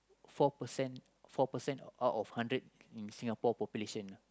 four percent four percent out of hundred in Singapore population ah